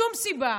שום סיבה.